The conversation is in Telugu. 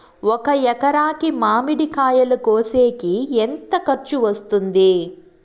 ఒక ఎకరాకి మామిడి కాయలు కోసేకి ఎంత ఖర్చు వస్తుంది?